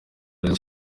rayon